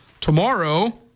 tomorrow